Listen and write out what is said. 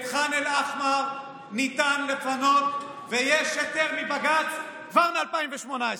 את ח'אן אל-אחמר ניתן לפנות ויש היתר מבג"ץ כבר מ-2018.